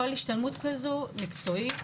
כל השתלמות כזו מקצועית,